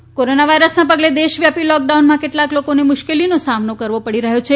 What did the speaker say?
લોક down અસર corona વાયરસના પગલે દેશવ્યાપી લોક ડાઉનમાં અનેક લોકોને મુશ્કેલીનો સામનો કરવો પડી રહ્યો છે